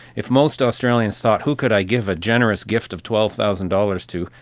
if most australians thought who could i give a generous gift of twelve thousand dollars to,